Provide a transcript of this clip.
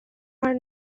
are